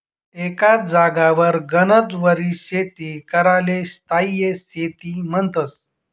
एकच जागावर गनच वरीस शेती कराले स्थायी शेती म्हन्तस